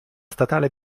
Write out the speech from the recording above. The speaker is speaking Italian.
statale